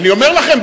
אני אומר לכם,